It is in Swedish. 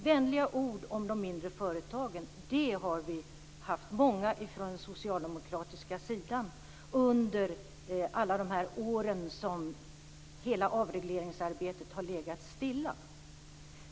Vänliga ord om de mindre företagen har vi hört många från den socialdemokratiska sidan under alla de här åren som hela avregleringsarbetet har legat stilla.